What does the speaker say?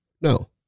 No